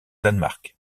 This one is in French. danemark